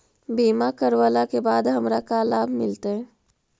बीमा करवला के बाद हमरा का लाभ मिलतै?